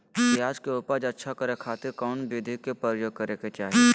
प्याज के उपज अच्छा करे खातिर कौन विधि के प्रयोग करे के चाही?